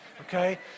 okay